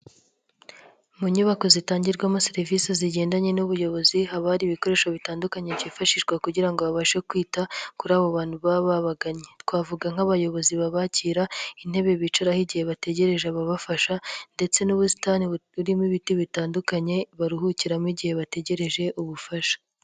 Mu nyubako zitangirwamo serivisi zigendanye n'ubuyobozi, haba hari ibikoresho bitandukanye byifashishwa kugira ngo babashe kwita kuri abo bantu babaganye, twavuga nk'abayobozi babakira intebe bicaraho igihe bategereje ababafasha ndetse n'ubusitani buririmo ibiti bitandukanye baruhukiramo igihe bategereje ubufasha.